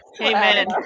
amen